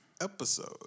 episode